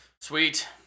Sweet